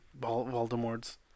Voldemort's